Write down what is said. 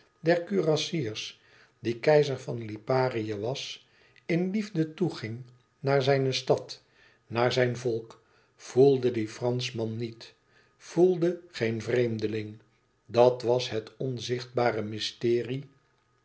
der kurassiers die keizer van liparië was in liefde toeging naar zijne stad naar zijn volk voelde die franschman niet voelde geen vreemdeling dat was het onzichtbare mysterie